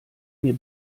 mir